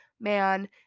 man